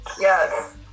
yes